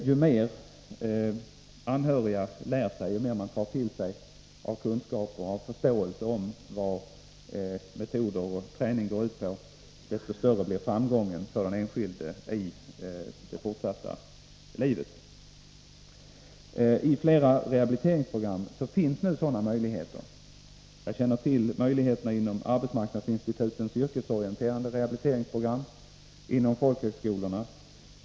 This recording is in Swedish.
Ju mer anhöriga lär sig, ju mer de tar till sig av kunskaper om och förståelse för vad metoder och träning går ut på, desto större blir framgången för den enskilde i det fortsatta livet. Det finns nu möjligheter för anhöriga att delta i flera rehabiliteringsprogram. Jag känner till möjligheterna inom arbetsmarknadsinstitutens yrkesorienterande rehabiliteringsprogram och inom folkhögskolorna.